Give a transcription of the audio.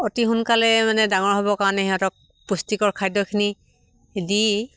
অতি সোনকালে মানে ডাঙৰ হ'ব কাৰণে সিহঁতক পুষ্টিকৰ খাদ্যখিনি দি